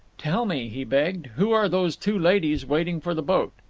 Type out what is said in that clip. tell me, he begged, who are those two ladies waiting for the boat?